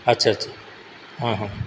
अच्छा अच्छा